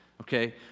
okay